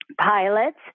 pilots